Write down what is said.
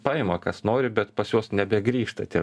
paima kas nori bet pas juos nebegrįžta tie